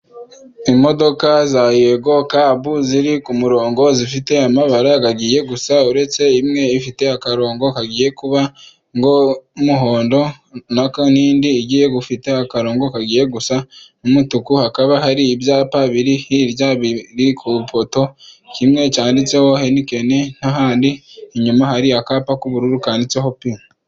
Imodoka za yego kabu, ziri ku murongo zifite amabara akagiye gusa, uretse imwe ifite akarongo kagiye kuba n'umuhondo, n'indi ifite akarongo kagiye gusa n'umutuku, hakaba hari ibyapa biri hirya birikupoto, kimwe cyanditseho henikeni, n'ahandi inyuma hari akapa k'ubururu kanditseho p.